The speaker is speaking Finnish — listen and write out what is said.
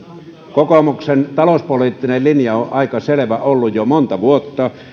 kokoomuksen talouspoliittinen linja on aika selvä ollut jo monta vuotta